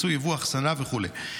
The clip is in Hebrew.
יצוא, יבוא אחסנה וכו'.